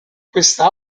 questa